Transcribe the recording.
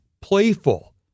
playful